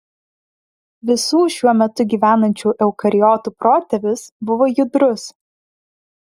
visų šiuo metu gyvenančių eukariotų protėvis buvo judrus